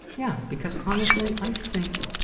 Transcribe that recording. yeah, because, honestly, i think,